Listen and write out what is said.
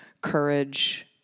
courage